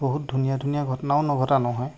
বহুত ধুনীয়া ধুনীয়া ঘটনাও নঘটা নহয়